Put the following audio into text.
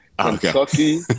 Kentucky